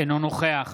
אינו נוכח